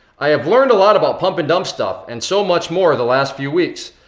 i have learned a lot about pump and dump stuff, and so much more the last few weeks.